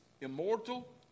immortal